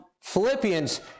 Philippians